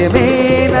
um a